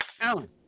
Alan